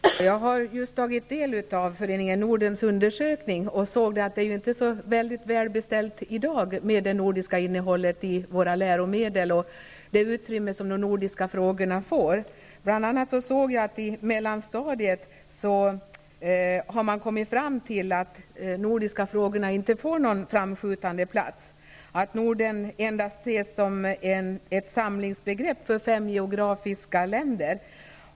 Fru talman! Jag har just tagit del av Föreningen Nordens undersökning och sett att det i dag inte är så särskilt välbeställt med det nordiska innehållet i våra läromedel och det utrymme som de nordiska frågorna får. Bl.a. såg jag att man har kommit fram till att de nordiska frågorna inte får någon framskjuten plats i mellanstadiet. Norden ses endast som ett samlingsbegrepp för fem geografiska länder.